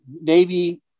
Navy